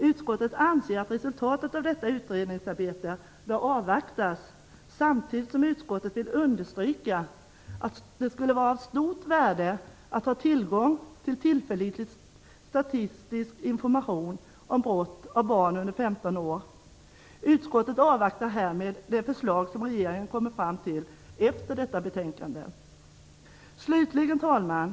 Utskottet anser att resultatet av detta utredningsarbete bör avvaktas samtidigt som utskottet vill understryka att det skulle vara av stort värde att ha tillgång till tillförlitlig statistisk information om brott begångna av barn under 15 år. Utskottet avvaktar därmed det förslag som regeringen kommer fram till efter att detta betänkande behandlats. Herr talman!